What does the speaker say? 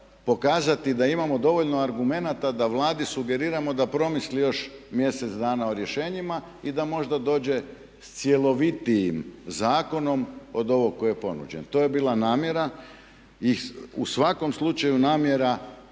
da imamo dovoljno argumenata da Vladi sugeriramo da promisli još mjesec dana o rješenjima i da možda dođe s cjelovitijim zakonom od ovog koji je ponuđen. To je bila namjera i u svakom slučaju namjera